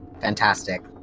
Fantastic